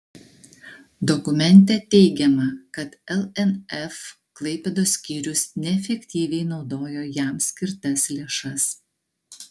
dokumente teigiama kad lnf klaipėdos skyrius neefektyviai naudojo jam skirtas lėšas